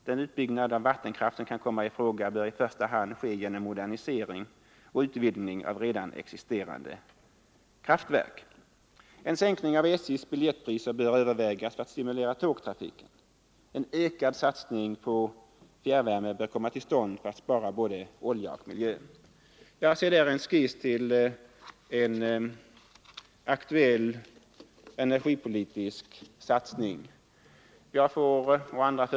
Den utbyggnad av vattenkraft som kan komma i fråga bör i första hand ske genom modernisering och utvidgning av redan existerande kraftverk. En ökad satsning på fjärrvärme bör komma till stånd för att spara både olja och miljö.